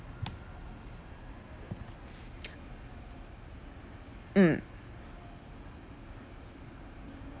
mm